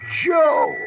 Joe